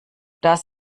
das